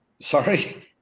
Sorry